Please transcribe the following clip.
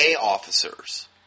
officers